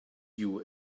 you